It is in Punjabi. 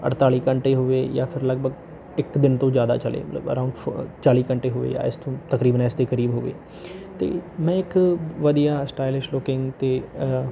ਅਠਤਾਲੀ ਘੰਟੇ ਹੋਵੇ ਜਾਂ ਫਿਰ ਲਗਭਗ ਇੱਕ ਦਿਨ ਤੋਂ ਜ਼ਿਆਦਾ ਚੱਲੇ ਅਰਾਉਂਡ ਫੋਰ ਚਾਲ੍ਹੀ ਘੰਟੇ ਹੋਵੇ ਜਾਂ ਐਸ ਤੋਂ ਤਕਰੀਬਨ ਐਸ ਦੇ ਕਰੀਬ ਹੋਵੇ ਅਤੇ ਮੈਂ ਇੱਕ ਵਧੀਆ ਸਟਾਈਲਿਸ਼ ਲੁਕਿੰਗ ਅਤੇ